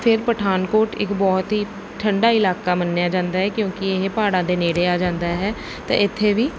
ਫਿਰ ਪਠਾਨਕੋਟ ਇੱਕ ਬਹੁਤ ਹੀ ਠੰਡਾ ਇਲਾਕਾ ਮੰਨਿਆ ਜਾਂਦਾ ਹੈ ਕਿਉਂਕਿ ਇਹ ਪਹਾੜਾਂ ਦੇ ਨੇੜੇ ਆ ਜਾਂਦਾ ਹੈ ਤਾਂ ਇੱਥੇ ਵੀ